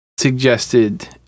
suggested